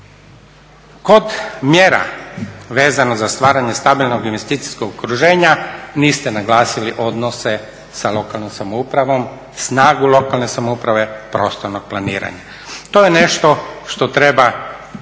Kod mjera vezano za stvaranje stabilnog investicijskog okruženja niste naglasili odnose sa lokalnom samoupravom, snagu lokalne samouprave, prostorno planiranje. To je nešto što treba navesti